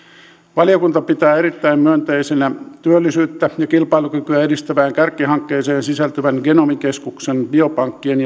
valiokunta pitää erittäin myönteisenä työllisyyttä ja kilpailukykyä edistävään kärkihankkeeseen sisältyvien genomikeskuksen biopankkien